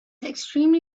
extremely